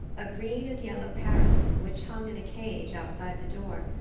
a green and yellow parrot, which hung in a cage outside the door,